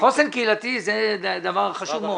חוסן קהילתי זה דבר חשוב מאוד.